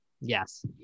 Yes